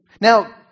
Now